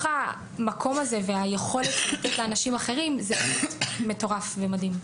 המקום הזה והיכולת לתת לאנשים אחרים זה מטורף ומדהים.